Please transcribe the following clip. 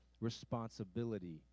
responsibility